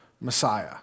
Messiah